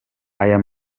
aya